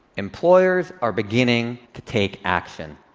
employers are beginning to take action.